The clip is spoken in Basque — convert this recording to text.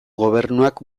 gobernuak